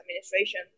administration